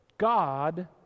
God